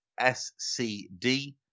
SCD